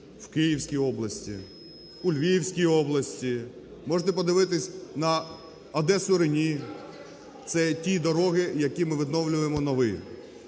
в Київській області, у Львівській області, можете подивитись на Одесу – Рені. Це ті дороги, які ми відновлюємо нові.